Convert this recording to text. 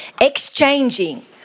Exchanging